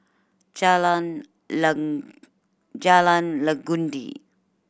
Jalan Jalan Legundi